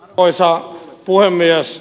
arvoisa puhemies